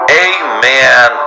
amen